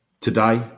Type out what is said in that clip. today